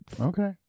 okay